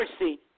mercy